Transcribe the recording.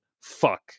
fuck